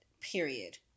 Period